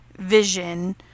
Vision